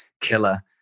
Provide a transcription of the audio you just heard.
killer